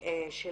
שלהן.